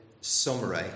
summary